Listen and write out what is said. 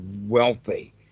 wealthy